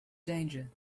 danger